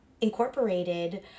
incorporated